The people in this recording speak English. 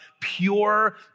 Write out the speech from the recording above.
pure